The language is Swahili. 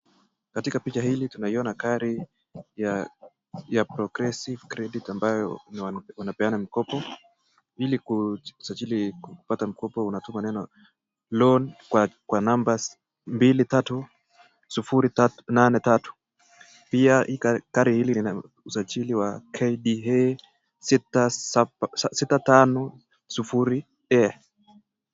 Katika Picha hili tunaona gari ya ( progressive credit) ambayo inapeana mkopo . Ili kusajili kupata mkopo unatumia neno (loan) kwa nambari mbili tatu , sufuri, name , tatu. Pia gari hili lina usaji Wa KDA , sita siba. Sita Tano, sufuri A.